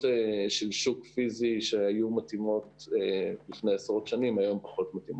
של שוק פיזי שהיו מתאימים לפני עשרות שנים והיום פחות מתאימים.